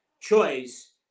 choice